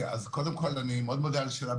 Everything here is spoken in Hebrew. קודם כול, אני מאוד מודה על השאלה.